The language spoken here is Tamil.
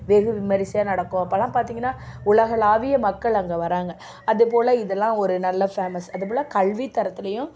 வெகு விமர்சையாக நடக்கும் அப்போலாம் பார்த்தீங்கன்னா உலகளாவிய மக்கள் அங்கே வர்றாங்க அது போல் இதெல்லாம் ஒரு நல்ல ஃபேமஸ் அது போல் கல்வித் தரத்துலேயும்